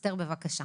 אסתר, בבקשה.